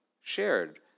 shared